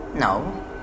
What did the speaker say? No